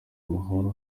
amahoro